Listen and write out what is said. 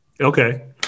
Okay